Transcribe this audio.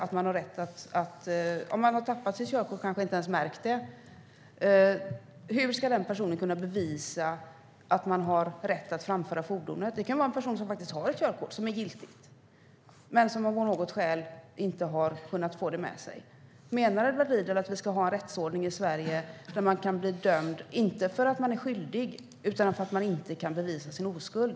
Om denna person har tappat sitt körkort och kanske inte ens har märkt det - hur ska han eller hon kunna bevisa att man har rätt att framföra fordonet? Det kan vara en person som har ett körkort som är giltigt men som av något skäl inte har kunnat få det med sig. Menar Edward Riedl att vi ska ha en rättsordning i Sverige där man kan bli dömd inte för att man är skyldig utan för att man inte kan bevisa sin oskuld?